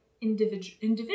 individual